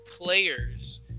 players